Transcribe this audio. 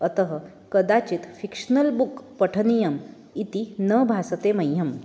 अतः कदाचित् fictional book पठनीयम् इति न भासते मह्यम्